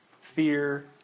fear